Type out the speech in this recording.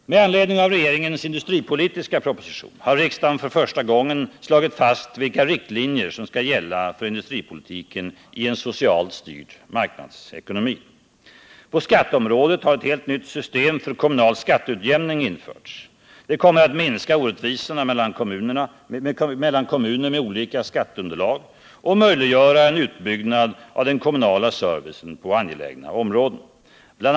Med anledning av regeringens industripolitiska proposition har riksdagen för första gången slagit fast vilka riktlinjer som skall gälla för industripolitiken i en socialt styrd marknadsekonomi. På skatteområdet har ett helt nytt system för kommunal skatteutjämning införts. Det kommer att minska orättvisorna mellan kommuner med olika skatteunderlag och möjliggöra en utbyggnad av den kommunala servicen på angelägna områden. BI.